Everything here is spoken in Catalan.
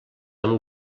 amb